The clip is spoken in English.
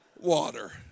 water